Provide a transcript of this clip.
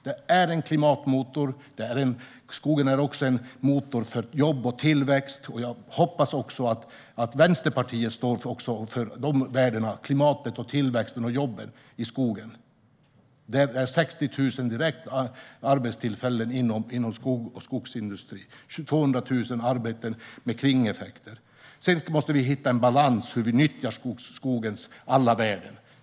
Den är en klimatmotor och också en motor för jobb och tillväxt. Jag hoppas att Vänsterpartiet också står för de värden som klimatet, tillväxten och jobben i skogen innebär. Det är 60 000 direkta arbetstillfällen inom skog och skogsindustri och 200 000 arbeten med kringeffekter. Vi måste hitta en balans för hur vi nyttjar skogens alla värden.